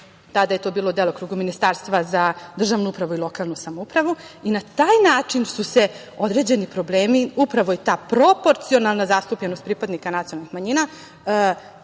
tada je to bilo u delokrugu Ministarstva za državnu upravu i lokalnu samoupravu, i na taj način su se određeni problemi, upravo i ta proporcionalna zastupljenost pripadnika nacionalnih manjina